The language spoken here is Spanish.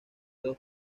dos